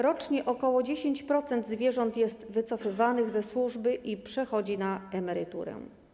Rocznie ok. 10% zwierząt jest wycofywanych ze służby i przechodzi na emeryturę.